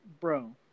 Bro